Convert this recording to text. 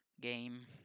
Game